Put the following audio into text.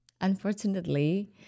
unfortunately